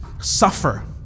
suffer